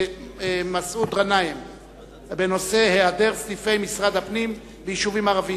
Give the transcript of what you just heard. מסעוד גנאים בנושא: העדר סניפי משרד הפנים ביישובים ערביים.